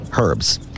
herbs